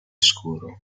scuro